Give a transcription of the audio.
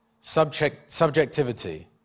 subjectivity